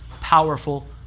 powerful